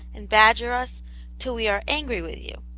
and badger us till we are angry with you,